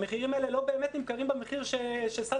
ההצגות האלה לא באמת נמכרים במחיר שסל